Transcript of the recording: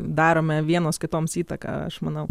darome vienos kitoms įtaką aš manau